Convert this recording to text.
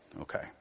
Okay